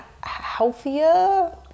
healthier